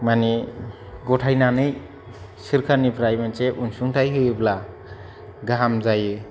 माने गथायनानै सोरखारनिफ्राय मोनसे अनसुंथाय होयोब्ला गाहाम जायो